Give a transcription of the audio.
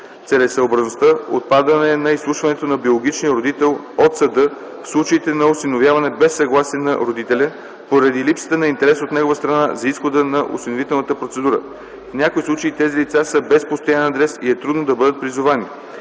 целесъобразното отпадане на изслушването на биологичния родител от съда, в случаите на осиновяване без съгласие на родителя, поради липсата на интерес от негова страна за изхода на осиновителната процедура. В някои случаи тези лица са без постоянен адрес и е трудно да бъдат призовани.